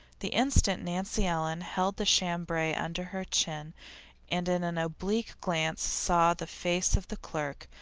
the instant nancy ellen held the chambray under her chin and in an oblique glance saw the face of the clerk,